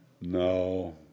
No